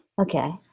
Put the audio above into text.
Okay